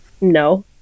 No